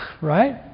right